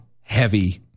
heavy